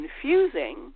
confusing